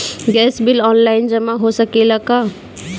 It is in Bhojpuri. गैस बिल ऑनलाइन जमा हो सकेला का नाहीं?